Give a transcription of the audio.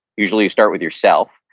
usually you start with yourself,